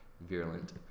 Virulent